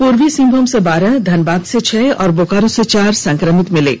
पूर्वी सिंहभूम से बारह धनबाद से छह और बोकारो से चार संक्रमित मिले हैं